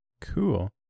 cool